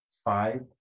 five